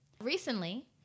Recently